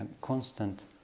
constant